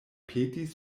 petis